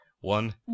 One